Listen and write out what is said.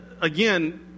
again